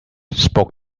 spoke